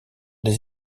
des